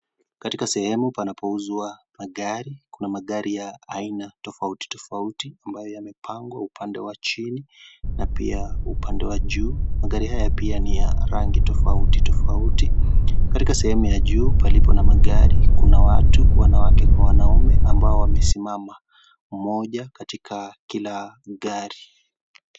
Katika sehemu, panapouzwa, magari, kuna magari ya, aina tofauti tofauti, ambayo yamepangwa upande wa chini, na pia, upande wa juu, magari haya pia, ni ya rangi tofauti tofauti, katika sehemu ya juu, palipo na magari, kuna watu, wanawake kwa wanaume, ambao wamesimama, mmoja, katika, kila, gari.